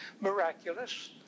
miraculous